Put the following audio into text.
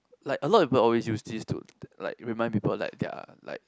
like a lot of people always use this to like remind people that they are like